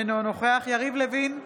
אינו נוכח יריב לוין,